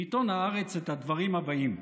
בעיתון הארץ את הדברים הבאים: